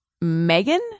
Megan